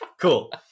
cool